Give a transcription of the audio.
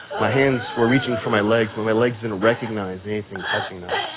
my hands were reaching for my legs, but my legs didn't recognize anything touching them.